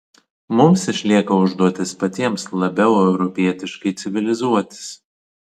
mums išlieka užduotis patiems labiau europietiškai civilizuotis